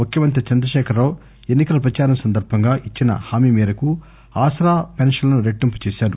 ముఖ్యమంత్రి చంద్రశేఖర రావు ఎన్నికల ప్రచారం సందర్బంగా ఇచ్చిన హామీ మేరకు ఆసరా పెన్షన్ల ను రెట్టింపు చేశారు